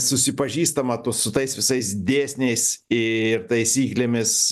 susipažįstama su tais visais dėsniais ir taisyklėmis